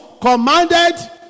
commanded